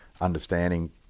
understanding